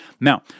Now